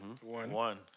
One